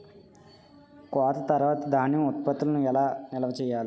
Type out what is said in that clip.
కోత తర్వాత ధాన్యం ఉత్పత్తులను ఎలా నిల్వ చేయాలి?